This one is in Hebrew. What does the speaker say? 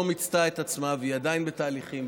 מיצתה את עצמה והיא עדיין בתהליכים,